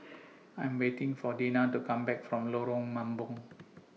I Am waiting For Dena to Come Back from Lorong Mambong